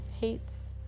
hates